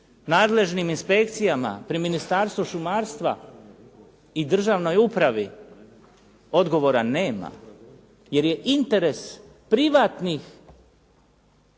nadležnim inspekcijama pri Ministarstvu šumarstva i državnoj upravi, odgovora nema. Jer je interes privatnih